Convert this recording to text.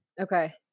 Okay